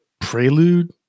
prelude